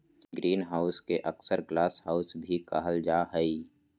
greenhouse के अक्सर glasshouse भी कहल जा हइ